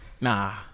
Nah